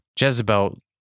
Jezebel